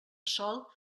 sòl